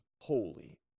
holy